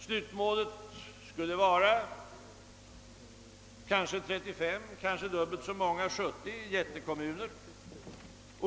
Slutmålet skulle vara kanske 35, maximalt kanske 70 jättekommuner.